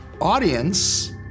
audience